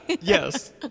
yes